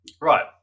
right